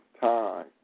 time